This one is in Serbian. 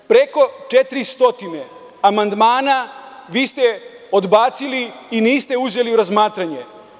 Preko 400 amandmana ste odbacili i niste uzeli u razmatranje.